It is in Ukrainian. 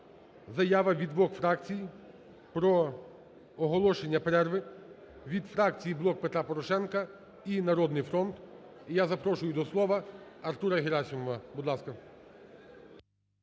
заява від двох фракцій про оголошення перерви, від фракції "Блок Петра Порошенка" і "Народний фронт". І я запрошую до слова Артура Герасимова, будь ласка.